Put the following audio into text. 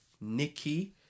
Nikki